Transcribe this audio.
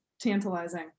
tantalizing